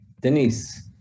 Denise